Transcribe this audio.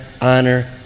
honor